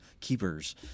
Keepers